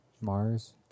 Mars